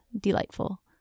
Delightful